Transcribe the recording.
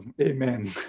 Amen